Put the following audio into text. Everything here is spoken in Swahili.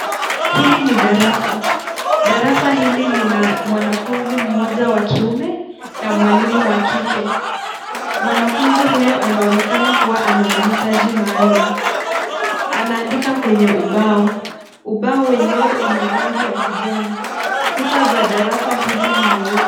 Hili ni darasa. Darasa hili lina mwanafunzi mmoja wa kiume na mwalimu wa kike. Mwanafunzi huyo anaonekana kuwa ana maitaji maalum. Anaandika kwenye ubao. Ubao wenyewe una rangi ya kijani. Kuta za darasa hili ni nyeupe.